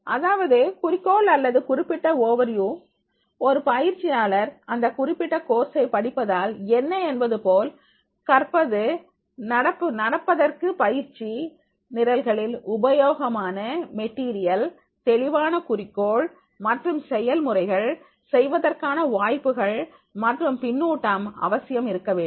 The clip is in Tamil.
அதாவது குறிக்கோள் அல்லது குறிப்பிட்ட ஓவர்வியூ ஒரு பயிற்சியாளர் இந்த குறிப்பிட்ட கோர்சை படிப்பதால் என்ன என்பது போல் கற்பது நடப்பதற்கு பயிற்சி நிரல்களில் உபயோகமான மெட்டீரியல் தெளிவான குறிக்கோள் மற்றும் செயல்முறைகள் செய்வதற்கான வாய்ப்புகள் மற்றும் பின்னூட்டம் அவசியம் இருக்க வேண்டும்